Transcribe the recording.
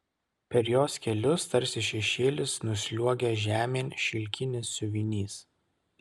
per jos kelius tarsi šešėlis nusliuogia žemėn šilkinis siuvinys